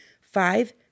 five